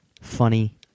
funny